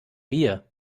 beer